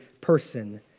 person